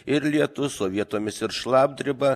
ir lietus o vietomis ir šlapdriba